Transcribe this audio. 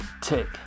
tick